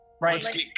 right